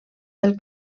del